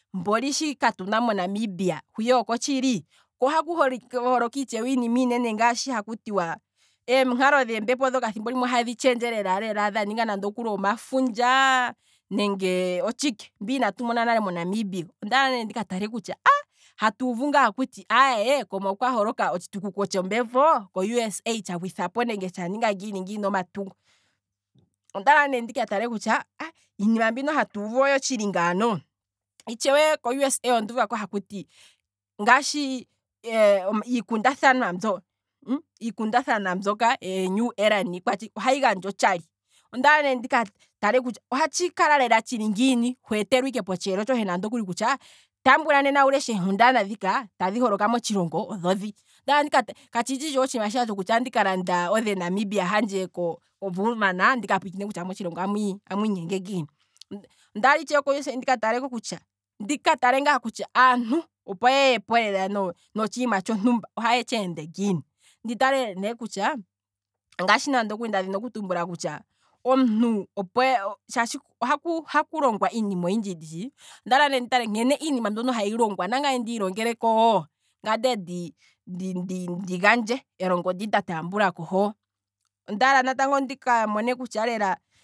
Mboli shi katuna monamibia hwiya oko tshili, ko ohaku holoka wo iinima iinene mbyono haku tiwa, eenkalo dhee pepo thimbo limwe ohadhi tshendje lela dhaninga nomafundja nenge otshike. mbi inatu mona nale monamibia. ondaala ne ndika tale kutya aah, aye kooma okwa holoka otshitukuko tsho mbepo, ko usa tsha gwithapo nenge tshaninga ngiini ngiini omatungo, ondaala ne ndika tale kutya ah, iinima mbino hatu uvu oyo tshili ngaano? Itshewe kousa onduuvako hakuti, ngaashi iikunda thanwa mbyo, iikundathanwa mbyoka ee newera niikwatshike ohayi gandjwa otshali, ondaala ne ndika tale kutya oha tshi kala lela tshili ngiini, hweetelwa ike potsheelo tshohe kutya, tambula nena wu leshe eenkundana dhika tadhi holoka motshilongo odho dhi, katshi tshi itshewe otshiima shiya kutya, andika landa o the namibian handje ko woerman ndika pwiikine kutya motshilongo amwiinyenge ngiini, ondaala itshe kousa ndika tale kutya aantu opo ye yepo notshiima tshontumba, ohaye tshi ende ngiini, ndi tale ne kutya, ngaashi nda dhina okutumbula kutya omuntu ohaku longwa iinima oyindji nditshi, ondala ne nditale nkene iinima mbyono hayi longwa. nangaye ndii longeleko wo, ngaa ndee ndi- ndi- ndi gandje elongo ndi nda tambulako hoo, ondaala natango ndika mone kutya lela